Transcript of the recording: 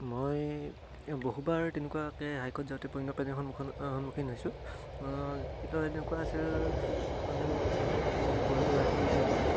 মই বহুবাৰ তেনেকুৱাকৈ হাইকত যাওঁতে সন্মুখীন হৈছোঁ এইটো এনেকুৱা আছিল যেন মই গ'লোঁ ৰাতি